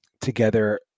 together